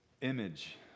image